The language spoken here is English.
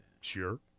Sure